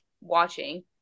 watching